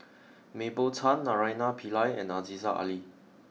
Mah Bow Tan Naraina Pillai and Aziza Ali